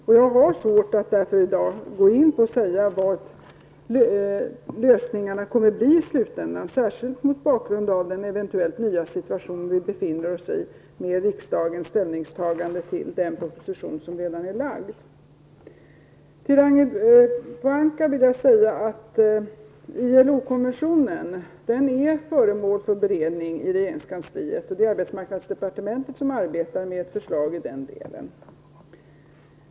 Jag har därför svårt att i dag gå in på vilka lösningarna kommer att bli i slutändan -- särskilt mot bakgrund av den eventuellt nya situation som vi då befinner oss i, i och med riksdagens ställningstagande till den proposition som redan är framlagd. Till Ragnhild Pohanka vill jag säga att ILO konventionen är föremål för beredning i regeringskansliet. Det är arbetsmarknadsdepartementet som arbetar på ett förslag på den delen.